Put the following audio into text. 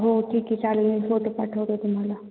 हो ठीक आहे चालेल मी फोटो पाठवतो तुम्हाला